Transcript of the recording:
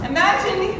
Imagine